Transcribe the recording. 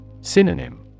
Synonym